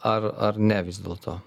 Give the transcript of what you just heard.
ar ar ne vis dėlto